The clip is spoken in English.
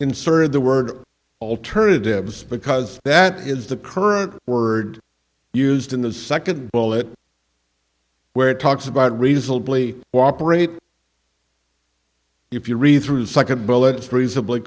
inserted the word alternatives because that is the current word used in the second bullet where it talks about reasonably cooperate if you read through the second bullet reasonably